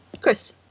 chris